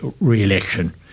re-election